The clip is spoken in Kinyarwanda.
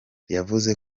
yavuze